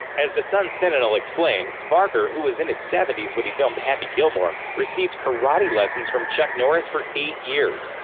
as the sun-sentinel explained, barker, who was in his seventy when he filmed happy gilmore, received karate lessons from chuck norris for eight years.